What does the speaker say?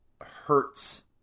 hurts